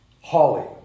holly